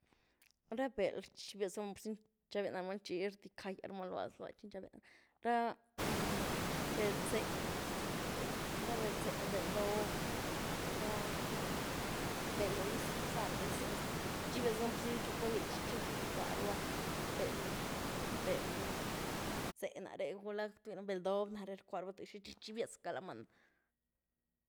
Ra beld rchibia, n'xabia namaa chi rdicagiamaa loóhua zlua. chi n'xabia, rabeld zéh zo, ra beld zéh, beld doob, ra belediz, gusane diz, puzi chi guc'áh bich'i rcuaruba beld-beld zéh naré, gulá beld doob naré rcuaruba t'iexá chi rchibiazaca lamaa náh.